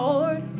Lord